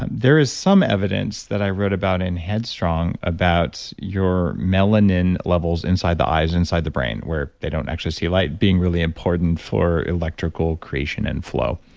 and there is some evidence that i wrote about in head strong about your melanin levels inside the eyes and inside the brain where they don't actually see light being really important for electrical creation and flow.